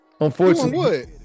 unfortunately